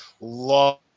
love